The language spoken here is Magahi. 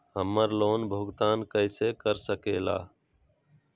हम्मर लोन भुगतान कैसे कर सके ला?